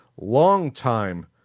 long-time